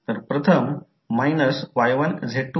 आता प्रश्न आहे की करंट i1 ची दिशा आहे आणि i2 ची दिशा आहे